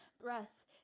breath